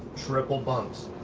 triple bunks.